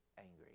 angry